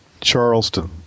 Charleston